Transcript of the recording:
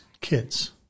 kids